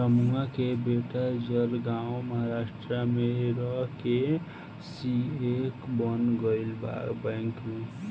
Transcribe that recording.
रमुआ के बेटा जलगांव महाराष्ट्र में रह के सी.ए बन गईल बा बैंक में